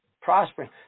prospering